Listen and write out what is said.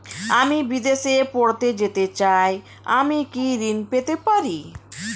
আমি বিদেশে পড়তে যেতে চাই আমি কি ঋণ পেতে পারি?